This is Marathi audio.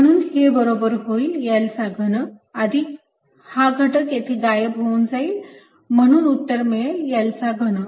म्हणून हे बरोबर होईल L चा घन आणि हा घटक येथे गायब होऊन जाईल म्हणून उत्तर मिळेल L चा घन